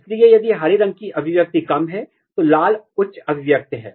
इसलिए यदि हरे रंग की अभिव्यक्ति कम है तो लाल उच्च अभिव्यक्ति है